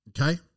okay